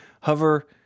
Hover